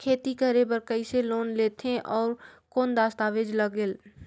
खेती करे बर कइसे लोन लेथे और कौन दस्तावेज लगेल?